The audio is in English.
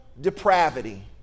depravity